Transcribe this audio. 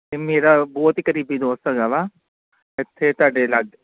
ਇਹ ਮੇਰਾ ਬਹੁਤ ਹੀ ਕਰੀਬੀ ਦੋਸਤ ਹੈਗਾ ਵਾ ਇੱਥੇ ਤੁਹਾਡੇ ਲਾਗੇ